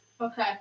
Okay